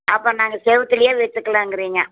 அப்போ நாங்கள் செவத்துலயே வச்சுக்கலாங்கிறீங்க